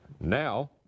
Now